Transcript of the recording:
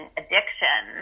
addiction